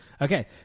Okay